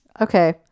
Okay